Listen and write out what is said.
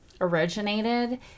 originated